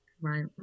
Right